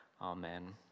Amen